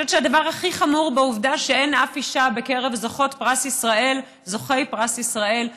אני חושבת שהדבר הכי חמור בעובדה שאין אף אישה בקרב זוכי פרס ישראל,